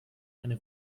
eine